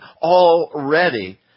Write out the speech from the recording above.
already